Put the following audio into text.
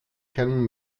kennen